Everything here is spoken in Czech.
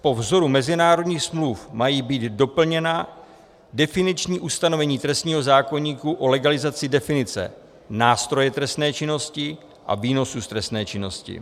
Po vzoru mezinárodních smluv mají být doplněna definiční ustanovení trestního zákoníku o legalizaci definice nástroje trestné činnosti a výnosu z trestné činnosti.